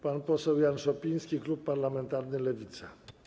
Pan poseł Jan Szopiński, klub parlamentarny Lewica.